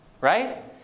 right